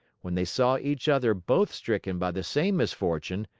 when they saw each other both stricken by the same misfortune,